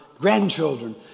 grandchildren